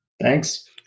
Thanks